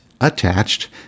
Attached